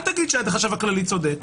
אל תגיד שהחשב הכללי צודק.